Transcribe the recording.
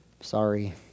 sorry